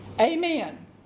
Amen